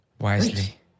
Wisely